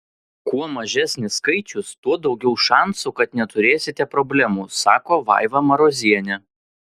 kuo mažesnis skaičius tuo daugiau šansų kad neturėsite problemų sako vaiva marozienė